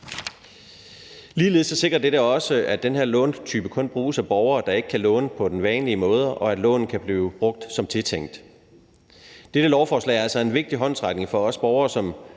Ligeledes sikrer dette også, at den her låntype kun bruges af borgere, der ikke kan låne på den vanlige måde, og at lånet kan blive brugt som tiltænkt. Dette lovforslag er altså en vigtig håndsrækning til de borgere,